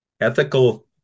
Ethical